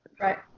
Right